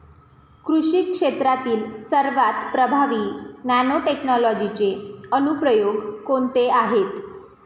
कृषी क्षेत्रातील सर्वात प्रभावी नॅनोटेक्नॉलॉजीचे अनुप्रयोग कोणते आहेत?